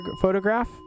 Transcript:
photograph